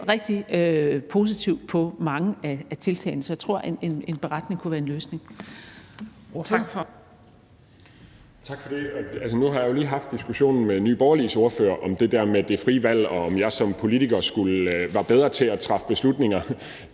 rigtig positivt på mange af tiltagene, så jeg tror, at en beretning kunne være en løsning.